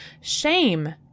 Shame